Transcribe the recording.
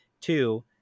two